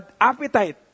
appetite